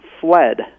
fled